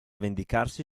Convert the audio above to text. vendicarsi